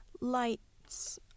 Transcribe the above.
lights